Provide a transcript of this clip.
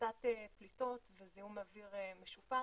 הפחתת פליטות וזיהום אוויר משופר.